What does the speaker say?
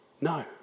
No